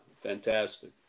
fantastic